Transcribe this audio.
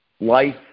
life